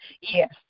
Yes